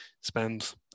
spend